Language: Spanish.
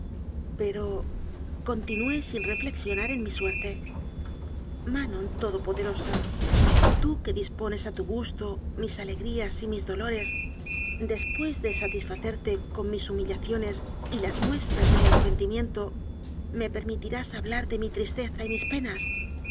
ternura perocontinué sin reflexionar en mi suerte manon todopoderosa tú que dispones a tu gusto mis alegrías y mis do lores después de satisfacerte con mis humillacio nes y las muestras de mi arrepentimiento me permitirás hablar de mi tristeza y mis penas